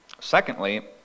Secondly